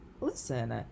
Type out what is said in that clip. Listen